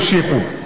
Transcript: המשיכו.